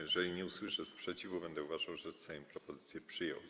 Jeżeli nie usłyszę sprzeciwu, będę uważał, że Sejm propozycję przyjął.